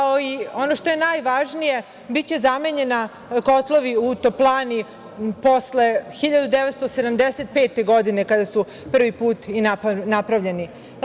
Ono što je najvažnije, biće zamenjeni kotlovi u toplani, posle 1975. godine, kada su prvi put i napravljeni.